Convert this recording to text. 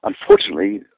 Unfortunately